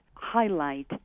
highlight